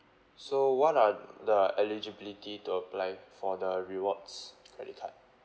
so what are the eligibility to apply for the rewards credit card